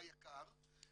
ביק"ר,